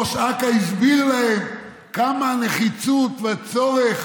ראש אכ"א הסביר להם כמה נחיצות וצורך